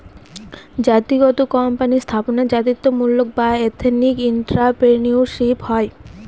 জাতিগত কোম্পানি স্থাপনে জাতিত্বমূলক বা এথেনিক এন্ট্রাপ্রেনিউরশিপ হয়